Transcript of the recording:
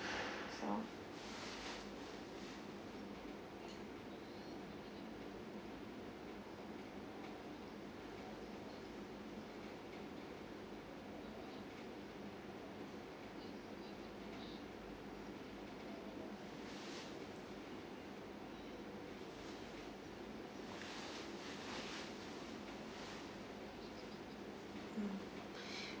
so mm